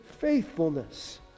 faithfulness